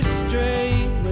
straight